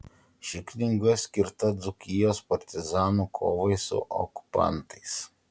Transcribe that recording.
ši knyga skirta dzūkijos partizanų kovai su okupantais